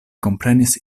komprenis